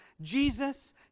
Jesus